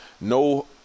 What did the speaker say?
no